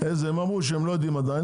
הם אמרו שהם לא יודעים עדיין,